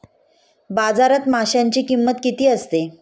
बाजारात माशांची किंमत किती असते?